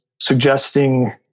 suggesting